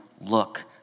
look